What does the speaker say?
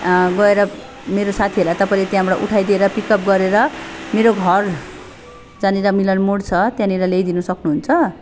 गएर मेरो साथीहरूलाई तपाईँले त्यहाँबाट उठाइदिएर पिकअप गरेर मेरो घर जहाँनिर मिलनमोड छ त्यहाँनिर ल्याइदिन सक्नुहुन्छ